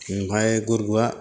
ओमफ्राय गुरगुवा